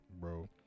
bro